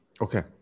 Okay